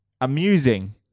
Amusing